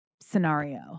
scenario